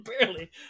barely